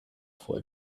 for